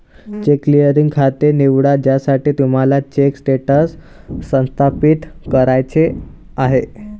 check clearing खाते निवडा ज्यासाठी तुम्हाला चेक स्टेटस सत्यापित करायचे आहे